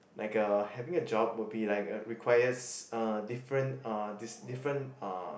like a having a job would be like requires uh different uh dis~ different uh